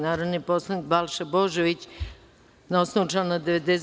Narodni poslanik Balša Božović, na osnovu člana 92.